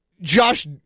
Josh